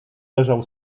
leżał